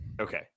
okay